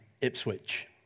Ipswich